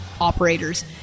operators